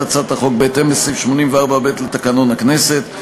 הצעת החוק בהתאם לסעיף 84(ב) לתקנון הכנסת,